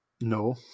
no